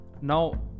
Now